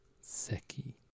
Seki